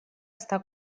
està